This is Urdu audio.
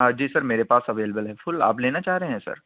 ہاں جی سر میرے پاس اویلیبل ہیں پھول آپ لینا چاہ رہے ہیں سر